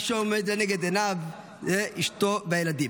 מה שעומד לנגד עיניו הוא אשתו והילדים.